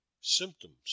Symptoms